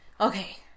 okay